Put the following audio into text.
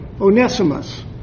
Onesimus